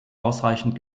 ausreichend